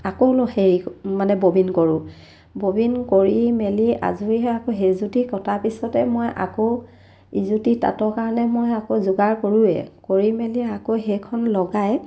আকৌ হেৰি মানে ববিন কৰোঁ ববিন কৰি মেলি আজৰি হৈ আকৌ সেইযুতি কটা পিছতে মই আকৌ ইযুটি তাঁতৰ কাৰণে মই আকৌ যোগাৰ কৰোৱে কৰি মেলি আকৌ সেইখন লগাই